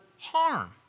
harm